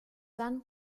dann